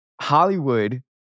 Hollywood